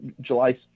July